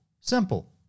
Simple